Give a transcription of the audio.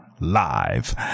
live